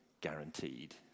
guaranteed